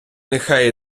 нехай